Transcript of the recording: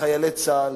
לחיילי צה"ל,